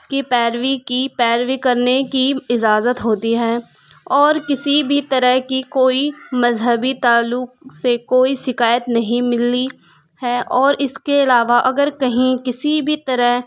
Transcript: کی پیروی کی پیروی کرنے کی اجازت ہوتی ہے اور کسی بھی طرح کی کوئی مذہبی تعلق سے کوئی شکایت نہیں ملی ہے اور اس کے علاوہ اگر کہیں کسی بھی طرح